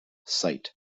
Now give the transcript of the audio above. cite